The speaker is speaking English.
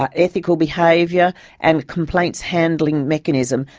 ah ethical behaviour and complaints handling mechanism.